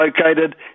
located